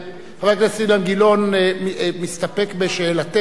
חבר הכנסת אילן גילאון מסתפק בשאלתך.